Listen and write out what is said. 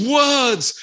words